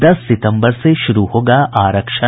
दस सितम्बर से शुरू होगा आरक्षण